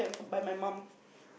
by my mum